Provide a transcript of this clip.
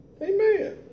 Amen